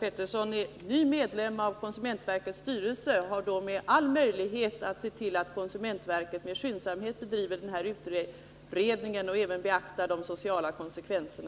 Pettersson är ny medlem i konsumentverkets styrelse? Lennart Pettersson har ju i så fall all möjlighet att se till att konsumentverket med skyndsamhet bedriver denna utredning och även beaktar de sociala konsekvenserna.